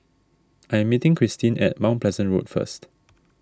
I am meeting Cristine at Mount Pleasant Road first